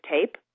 tape